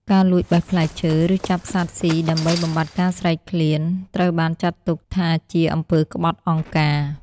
ការលួចបេះផ្លែឈើ ឬចាប់សត្វស៊ីដើម្បីបំបាត់ការស្រេកឃ្លាន ត្រូវបានចាត់ទុកថាជាអំពើក្បត់អង្គការ។